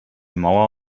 mauer